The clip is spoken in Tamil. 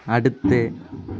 அடுத்து